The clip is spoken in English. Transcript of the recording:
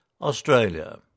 Australia